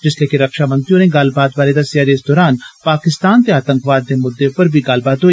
जिस्सलै कि रक्षामंत्री होरे गल्लबात बारै दस्सेआ जे इस दौरान पाकिस्तान ते आतंकवाद दे मुद्दे पर बी गल्लबात होई